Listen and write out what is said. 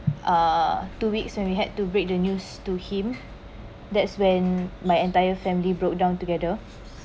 uh two weeks when we had to break the news to him that's when my entire family broke down together